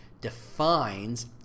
defines